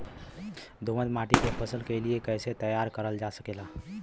दोमट माटी के फसल के लिए कैसे तैयार करल जा सकेला?